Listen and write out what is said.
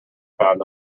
found